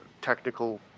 technical